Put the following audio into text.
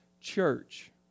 church